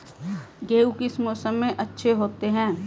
गेहूँ किस मौसम में अच्छे होते हैं?